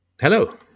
Hello